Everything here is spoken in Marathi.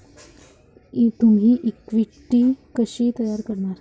तुम्ही इक्विटी कशी तयार करता?